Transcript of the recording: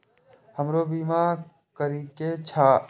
हमरो बीमा करीके छः?